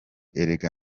erega